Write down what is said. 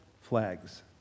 flags